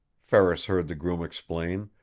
ferris heard the groom explain,